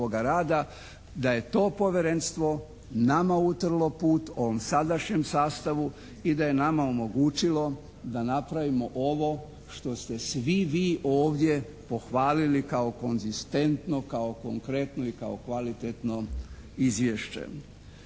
da je to povjerenstvo nama utrlo put, ovom sadašnjem sastavu i da je nama omogućilo da napravimo ovo što ste svi vi ovdje pohvalili kao konzistentno, kao konkretno i kao kvalitetno izvješće.